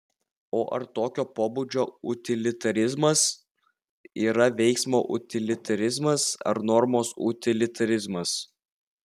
o ar tokio pobūdžio utilitarizmas yra veiksmo utilitarizmas ar normos utilitarizmas